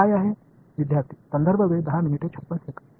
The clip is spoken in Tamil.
மாணவர் பாதி எனவே நான் 2 யை வெளியே எடுக்கலாம்